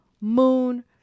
moon